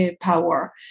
power